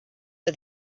for